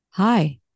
Hi